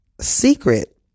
secret